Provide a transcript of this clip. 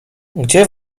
gdzie